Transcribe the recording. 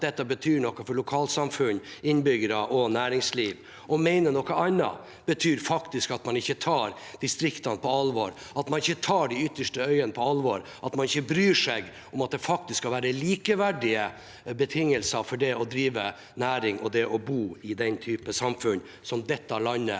dette betyr noe for lokalsamfunn, innbyggere og næringsliv. Å mene noe annet betyr faktisk at man ikke tar distriktene på alvor, at man ikke tar de ytterste øyene på alvor, at man ikke bryr seg om at det faktisk skal være likeverdige betingelser for å drive næring og å bo i den type samfunn som dette landet